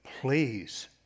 please